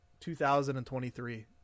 2023